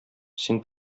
син